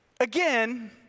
Again